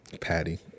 Patty